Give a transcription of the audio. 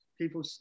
people